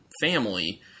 family